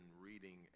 reading